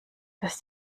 dass